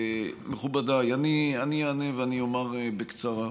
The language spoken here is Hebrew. מכובדיי, אני אענה ואני אומר בקצרה.